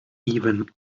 even